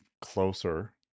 closer